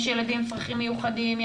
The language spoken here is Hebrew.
יש ילדים עם צרכים מיוחדים,